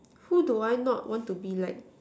who do I not want be like